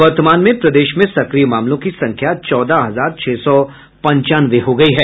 वर्तमान में प्रदेश में सक्रिय मामलों की संख्या चौदह हजार छह सौ पंचानवे हो गई है